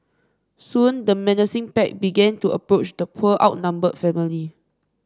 soon the menacing pack began to approach the poor outnumbered family